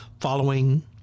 following